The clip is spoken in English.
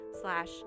slash